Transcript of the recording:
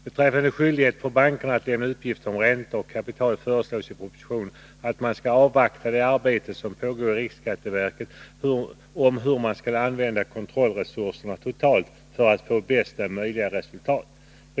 Beträffande skyldigheten för bankerna att lämna uppgifter om räntor och kapital föreslås i propositionen att man skall avvakta resultatet av det arbete som pågår i riksskatteverket om hur man skall använda kontrollresurserna totalt för att få bästa möjliga resultat.